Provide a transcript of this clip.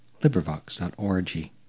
LibriVox.org